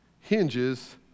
hinges